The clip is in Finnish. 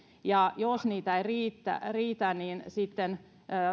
ja jos niitä ei riitä niin sitten